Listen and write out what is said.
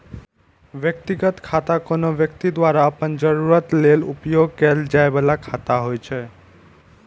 व्यक्तिगत खाता कोनो व्यक्ति द्वारा अपन जरूरत लेल उपयोग कैल जाइ बला खाता होइ छै